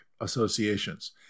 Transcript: associations